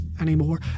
anymore